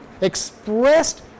expressed